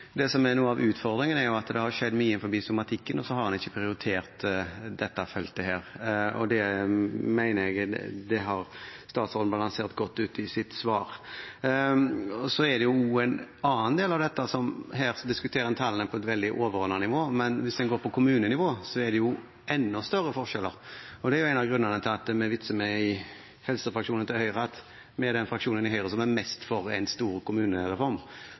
Det som er noe av utfordringen, er at det har skjedd mye innenfor somatikken, og så har en ikke prioritert dette feltet, og det mener jeg at statsråden har balansert godt ut i sitt svar. Så er det også en annen del av dette. Her diskuterer en tallene på et veldig overordnet nivå, men hvis en går på kommunenivå, er det jo enda større forskjeller. Det er en av grunnene til at vi i Høyres helsefraksjon vitser med at vi er den fraksjonen i Høyre som er mest for en stor kommunereform.